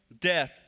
death